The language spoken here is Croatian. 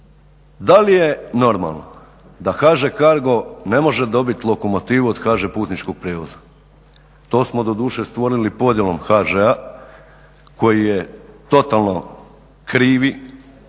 da li je normalno da HŽ Cargo ne može dobiti lokomotivu od HŽ Putničkog prijevoza. To smo doduše stvorili podjelom HŽ-a koji je totalno krivi,